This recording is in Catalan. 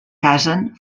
casen